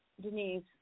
Denise